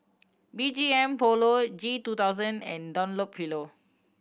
B G M Polo G two thousand and Dunlopillo